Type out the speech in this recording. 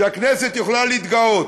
שהכנסת יכולה להתגאות